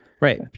Right